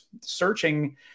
searching